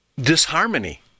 disharmony